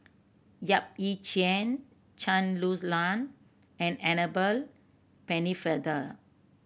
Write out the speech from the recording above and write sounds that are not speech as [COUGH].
Yap Ee Chian Chen [UNINTELLIGIBLE] Lan and Annabel Pennefather